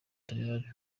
tayari